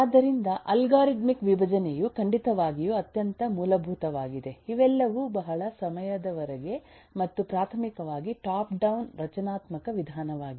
ಆದ್ದರಿಂದ ಅಲ್ಗಾರಿದಮಿಕ್ ವಿಭಜನೆಯು ಖಂಡಿತವಾಗಿಯೂ ಅತ್ಯಂತ ಮೂಲಭೂತವಾಗಿದೆ ಇವೆಲ್ಲವೂ ಬಹಳ ಸಮಯದವರೆಗೆ ಮತ್ತು ಪ್ರಾಥಮಿಕವಾಗಿ ಟಾಪ್ ಡೌನ್ ರಚನಾತ್ಮಕ ವಿಧಾನವಾಗಿದೆ